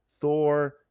Thor